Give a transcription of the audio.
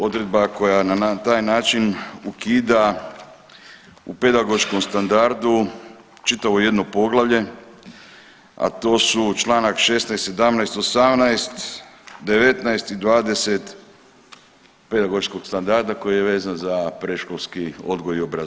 Odredba koja na taj način ukida u pedagoškom standardu čitavo jedno poglavlje, a to su Članak 16., 17., 18., 19. i 20. pedagoškog standarda koji je vezan za predškolski odgoj i obrazovanje.